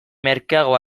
merkeago